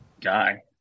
guy